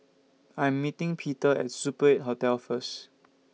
I Am meeting Peter At Super eight Hotel First